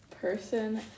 Person